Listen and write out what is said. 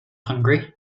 hungry